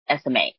SMA